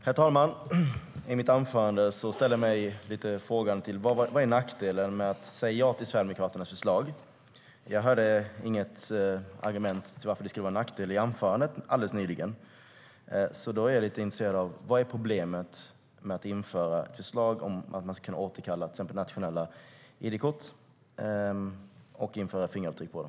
Herr talman! I mitt anförande ställde jag mig frågande till vad nackdelen är med att säga ja till Sverigedemokraternas förslag. Jag hörde inget argument för att det skulle vara en nackdel i anförandet alldeles nyss. Jag är intresserad av vad problemet är med att genomföra ett förslag om att kunna återkalla nationella id-kort och att införa fingeravtryck på dem.